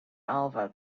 alva